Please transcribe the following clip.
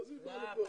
לך,